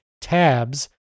tabs